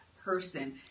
person